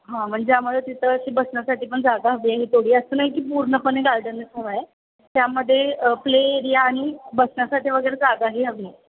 हां म्हणजे आम्हाला तिथं अशी बसण्यासाठी पण जागा हवी आहे थोडी असतं नाही की पूर्णपणे गार्डनच हवं आहे त्यामध्ये प्ले एरिया आणि बसण्यासाठी वगैरे जागाही हवी